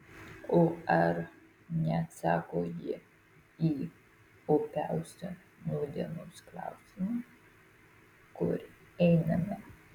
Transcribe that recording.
o ar neatsako ji į opiausią nūdienos klausimą kur einame